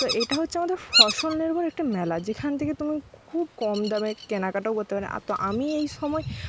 তো এটা হচ্ছে আমাদের ফসল নির্ভর একটা মেলা যেখান থেকে তুমি খুব কম দামে কেনাকাটাও করতে আমি এই সময়